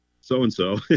so-and-so